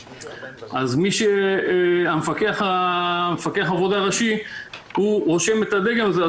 אז מפקח העבודה הראשי רושם את הדגם הזה על